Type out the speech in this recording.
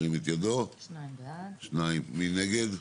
2. מי נגד?